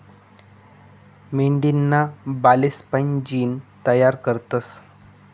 मेंढीना बालेस्पाईन जीन तयार करतस